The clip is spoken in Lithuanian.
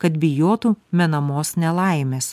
kad bijotų menamos nelaimės